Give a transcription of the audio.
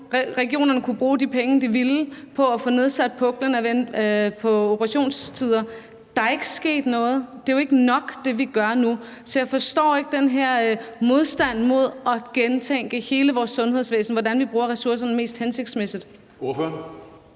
regionerne kunne bruge de penge, de ville, på at få nedbragt puklen på operationstider. Der er ikke sket noget. Det, vi gør nu, er jo ikke nok. Så jeg forstår ikke den her modstand mod at gentænke hele vores sundhedsvæsen og se på, hvordan vi bruger ressourcerne mest hensigtsmæssigt. Kl.